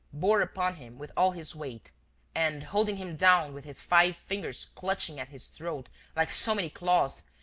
bore upon him with all his weight and, holding him down with his five fingers clutching at his throat like so many claws,